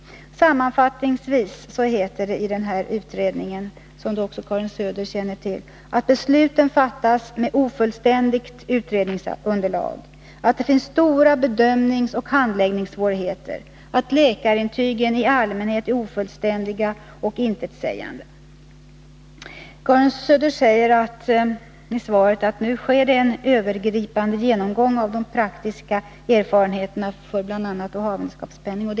Sammanfattningsvis heter det i utredningen, som också Karin Söder känner till, att besluten fattas med ofullständigt utredningsunderlag, att det finns stora bedömningsoch handläggningssvårigheter och att läkarintygen i allmänhet är ofullständiga och intetsägande. Karin Söder säger i svaret att det nu sker en övergripande genomgång av de praktiska erfarenheterna för bl.a. havandeskapspenningen.